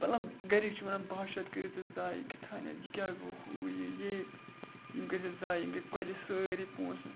ملب گَرِکۍ چھِ وَنان بہہ شَتھ کٔرِتھ ژےٚ زایہِ کہہ تھانٮ۪تھ یہِ کیٛاہ گوٚو ہُہ یہِ یِم کٔرِتھ ژےٚ زایہِ یِم گٔے کۄلہِ سٲری پونٛسہٕ